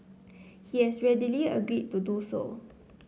he has readily agreed to do so